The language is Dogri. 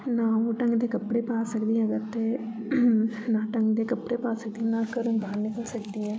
ना ओह् ढंग दे कपड़े पा सकदी दे अगर ते ना ढ़ंग दे कपड़े पा सकदी ना घरो बार निकल सकदी ऐ